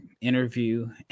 interview